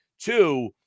Two